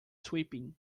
sweeping